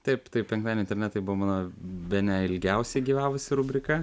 taip tai penktadienio internetai buvo mano bene ilgiausiai gyvavusi rubrika